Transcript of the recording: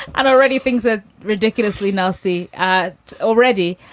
and already things are ridiculously nasty already.